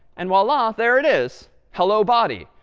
and voila, there it is, hello, body,